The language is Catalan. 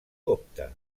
copte